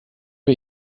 wir